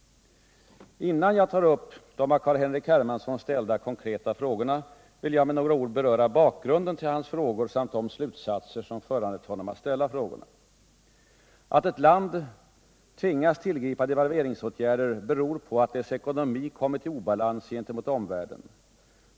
Innan jag tar upp de av Carl-Henrik Hermansson ställda konkreta frågorna, vill jag med några ord beröra bakgrunden till hans frågor samt de slutsatser som föranlett honom att ställa frågorna. Att ett land tvingas tillgripa devalveringsåtgärder beror på att dess ekonomi kommit i obalans gentemot omvärlden.